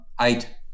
Eight